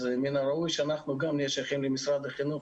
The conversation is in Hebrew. אז מן הראוי שאנחנו גם נהיה שייכים למשרד החינוך.